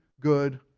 Good